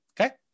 Okay